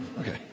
Okay